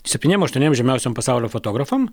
septyniem aštuoniem žymiausiem pasaulio fotografam